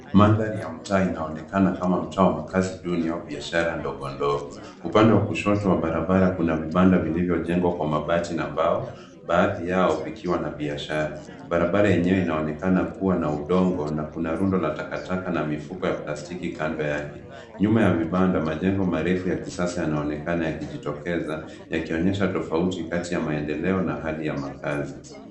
Mandhari ya mtaa inaonekana kama mtaa wa makazi duni au biashara ndogondogo. Upande wa kushoto wa barabara kuna vibanda vilivyojengwa kwa mabati na mbao baadhi yao vikiwa na biashara. Barabara yenyewe inaonekana kuwa na udongo na kuna rundo la takataka na mifuko ya plastiki kando yake. Nyuma ya vibanda majengo marefu ya kisasa yanaonekana yakijitokeza yakionyesha tofauti kati ya maendeleo na hali ya makazi.